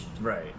right